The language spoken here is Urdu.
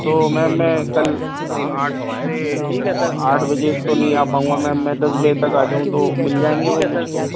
تو میم میں کل آٹھ سے آٹھ بجے تو نہیں آ پاؤں گا میم میں دس بجے تک آ جاؤں تو مل جائیں گے وہ مجھ کو